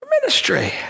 Ministry